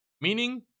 Meaning